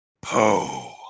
Po